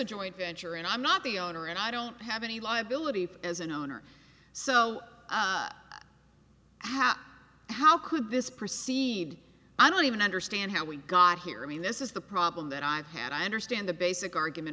a joint venture and i'm not the owner and i don't have any liability as an owner so how how could this proceed i don't even understand how we got here i mean this is the problem that i've had i understand the basic argument